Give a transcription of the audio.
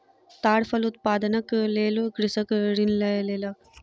ताड़ फल उत्पादनक लेल कृषक ऋण लय लेलक